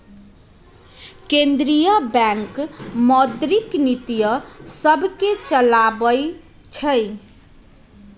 केंद्रीय बैंक मौद्रिक नीतिय सभके चलाबइ छइ